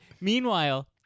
Meanwhile